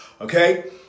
Okay